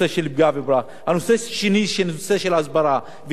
וכאן משרד התחבורה יש לו משקל כבד.